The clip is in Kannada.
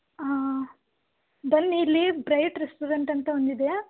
ಹಾಂ ಬನ್ನಿ ಇಲ್ಲಿ ಬ್ರೈಟ್ ರೆಸ್ಟೋರೆಂಟ್ ಅಂತ ಒಂದು ಇದೆ